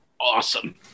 awesome